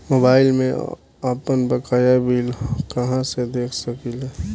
Mobile में आपनबकाया bill कहाँसे देख सकिले?